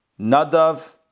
Nadav